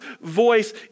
voice